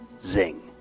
Zing